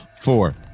four